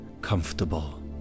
comfortable